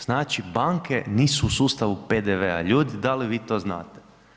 Znači banke nisu u sustavu PDV-a, ljudi da li vi to znate?